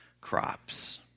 crops